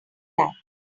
that